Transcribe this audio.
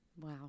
Wow